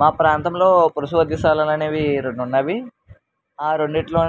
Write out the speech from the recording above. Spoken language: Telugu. మా ప్రాంతంలో పశువైద్యశాలలు అనేవి రెండు ఉన్నవి ఆ రెండింటిలో